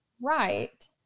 right